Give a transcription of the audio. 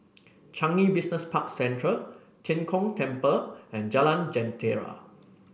Changi Business Park Central Tian Kong Temple and Jalan Jentera